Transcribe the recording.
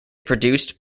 produced